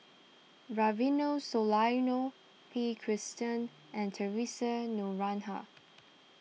Rufino Soliano P Krishnan and theresa Noronha